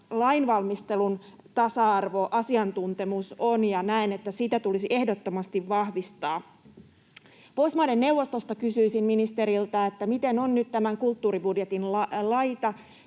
lainvalmistelun tasa-arvoasiantuntemus on, ja näen, että sitä tulisi ehdottomasti vahvistaa. Kysyisin ministeriltä Pohjoismaiden neuvostosta: miten on nyt tämän kulttuuribudjetin laita?